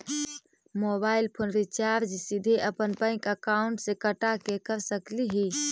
Mobile phone recharge सीधे अपन bank account से कटा के कर सकली ही?